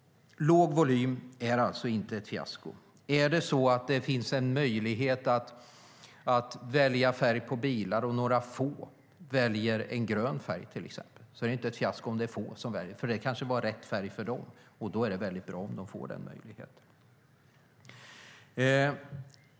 Låg volym är alltså inte ett fiasko. Är det så att det finns möjlighet att välja färg på bilar och några få väljer till exempel en grön, då är det inte ett fiasko om det är få som väljer en grön. Det kanske var rätt färg för dem, och då är det bra om de får den möjligheten.